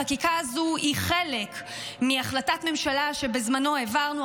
החקיקה הזאת היא חלק מהחלטת ממשלה שבזמנו העברנו,